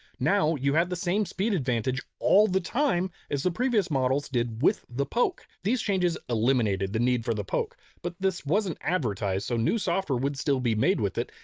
now had the same speed advantage all the time as the previous models did with the poke. these changes eliminated the need for the poke but this wasn't advertised so new software would still be made with it.